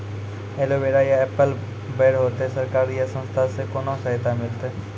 Aloe vera या apple बैर होते? सरकार या संस्था से कोनो सहायता मिलते?